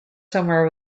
somewhere